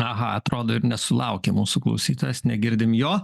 aha atrodo ir nesulaukė mūsų klausytojas negirdim jo